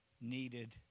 needed